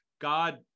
God